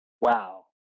Wow